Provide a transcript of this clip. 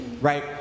right